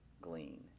glean